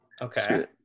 Okay